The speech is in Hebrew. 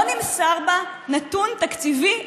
לא נמסר בה נתון תקציבי אחד.